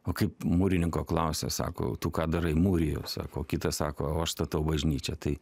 o kaip mūrininko klausia sako tu ką darai mūriju sako o kitas sako o aš statau bažnyčią tai